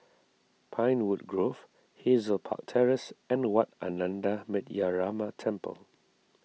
Pinewood Grove Hazel Park Terrace and Wat Ananda Metyarama Temple